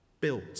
built